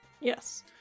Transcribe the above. Yes